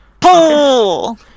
PULL